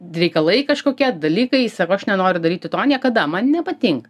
reikalai kažkokie dalykai jis sako aš nenoriu daryti to niekada man nepatinka